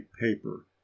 paper